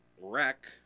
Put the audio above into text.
wreck